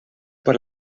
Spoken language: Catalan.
per